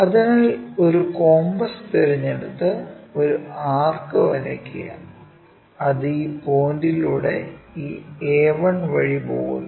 അതിനാൽ ഒരു കോമ്പസ് തിരഞ്ഞെടുത്ത് ഒരു ആർക്ക് വരയ്ക്കുക അത് ഈ പോയിന്റിലൂടെ ഈ a1 വഴി പോകുന്നു